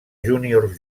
juniors